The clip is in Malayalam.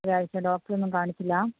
ഒരാഴ്ച്ച ഡോക്ടറെ ഒന്നും കാണിച്ചില്ല